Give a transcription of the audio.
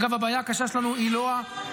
אגב, הבעיה הקשה שלנו היא לא התפיסה.